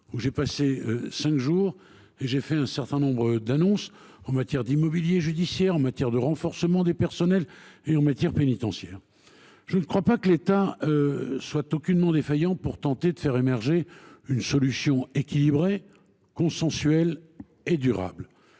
J’y ai passé cinq jours et j’ai fait un certain nombre d’annonces en matière d’immobilier judiciaire et de renforcement des ressources humaines et dans le domaine pénitentiaire. Je ne crois pas que l’État soit d’une quelconque manière défaillant pour tenter de faire émerger une solution équilibrée, consensuelle et durable.